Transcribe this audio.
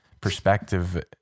perspective